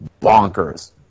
bonkers